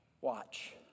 Watch